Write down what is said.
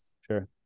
Sure